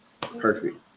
perfect